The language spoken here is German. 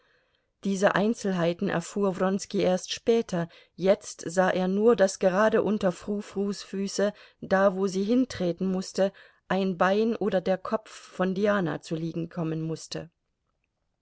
diese einzelheiten erfuhr wronski erst später jetzt sah er nur daß gerade unter frou frous füße da wo sie hintreten mußte ein bein oder der kopf von diana zu liegen kommen mußte